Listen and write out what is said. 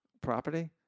Property